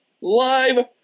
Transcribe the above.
live